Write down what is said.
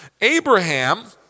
Abraham